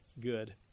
good